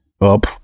up